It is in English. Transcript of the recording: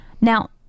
Now